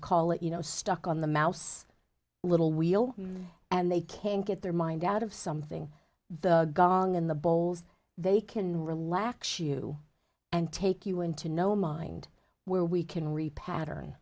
call it you know stuck on the mouse little wheel and they can get their mind out of something the gang in the bowls they can relax you and take you into no mind where we can repattern